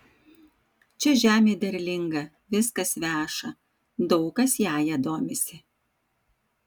čia žemė derlinga viskas veša daug kas jąja domisi